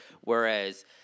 Whereas